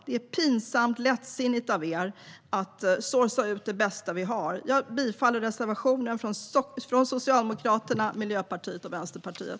Det är pinsamt lättsinnigt av er att "sourca ut" det bästa som vi har. Jag yrkar bifall till reservationen från Socialdemokraterna, Miljöpartiet och Vänsterpartiet.